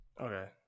Okay